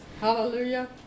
Hallelujah